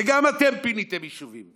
ו"גם אתם פיניתם יישובים",